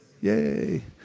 Yay